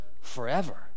forever